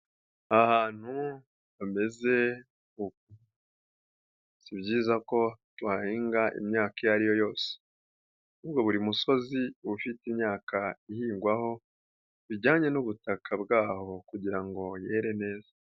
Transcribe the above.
Ahantu hameze uku si byiza ko twahinga imyaka iyo ari yo yose, ahubwo buri musozi ufite imyaka ihingwaho bijyanye n'ubutaka bw'aho kugira ngo yere neza.